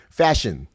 fashion